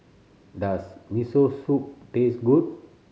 does Miso Soup taste good